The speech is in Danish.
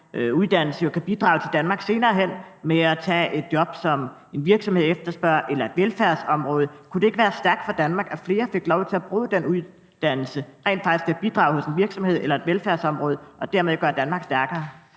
uddannelse, jo kan bidrage til Danmark senere hen ved at tage et job, som en virksomhed efterspørger, eller inden for et velfærdsområde? Kunne det ikke være stærkt for Danmark, at flere fik lov til at bruge den uddannelse til rent faktisk at bidrage hos en virksomhed eller inden for et velfærdsområde og dermed gøre Danmark stærkere?